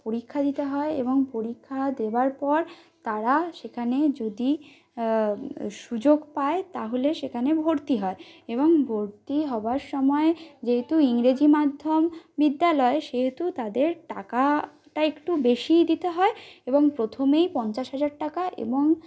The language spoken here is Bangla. পরীক্ষা দিতে হয় এবং পরীক্ষা দেবার পর তারা সেখানে যদি সুযোগ পায় তাহলে সেখানে ভর্তি হয় এবং ভর্তি হবার সময়ে যেহেতু ইংরেজি মাধ্যম বিদ্যালয় সেহেতু তাদের টাকাটা একটু বেশিই দিতে হয় এবং প্রথমেই পঞ্চাশ হাজার টাকা এবং